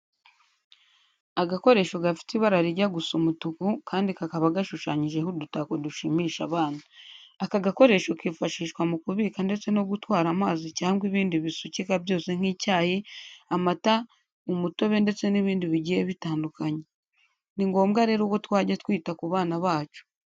Agakoresho gafite ibara rijya gusa umutuku kandi kakaba gashushanyijeho udutako dushimisha abana. Aka gakoresho kifashishwa mu kubika ndetse no gutwara amazi cyangwa ibindi bisukika byose nk'icyayi, amata, umutobe ndetse n'ibindi bigiye bitandukanye. Ni ngombwa rero ko twajya twita ku bana bacu.